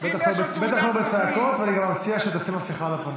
בטח לא בצעקות, ואני גם מציע שתשים מסכה על הפנים.